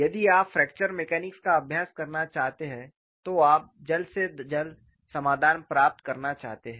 यदि आप fracture mechanics का अभ्यास करना चाहते हैं तो आप जल्द से जल्द समाधान प्राप्त करना चाहते हैं